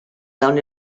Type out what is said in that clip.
dawn